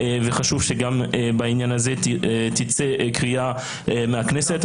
וחשוב שגם בעניין הזה תצא קריאה מהכנסת.